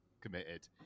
committed